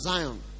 Zion